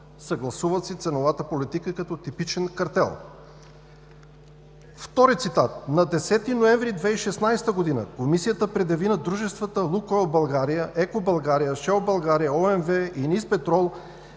съгласуват си ценовата политика като типичен картел. Втори цитат: „На 10 ноември 2016 г. Комисията предяви на дружествата „Лукойл България“, „Еко България“, „Шел България“, ОМВ и „НИС петрол“